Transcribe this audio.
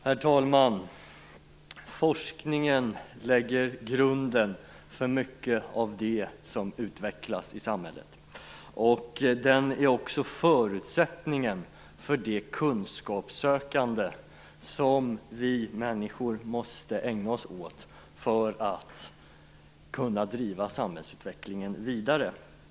Herr talman! Forskningen lägger grunden för mycket av det som utvecklas i samhället. Den är också förutsättningen för det kunskapssökande som vi människor måste ägna oss åt för att kunna driva samhällsutvecklingen vidare.